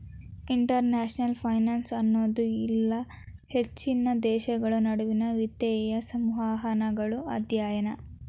international finance ಅನ್ನೋದು ಇಲ್ಲಾ ಹೆಚ್ಚಿನ ದೇಶಗಳ ನಡುವಿನ್ ವಿತ್ತೇಯ ಸಂವಹನಗಳ ಅಧ್ಯಯನ